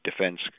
defense